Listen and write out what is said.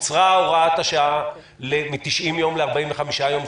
קוצרה הוראת השעה מ-90 יום ל-45 יום,